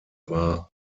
war